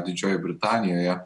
didžiojoje britanijoje